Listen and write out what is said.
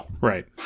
Right